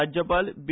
राज्यपाल बी